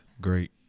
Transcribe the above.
Great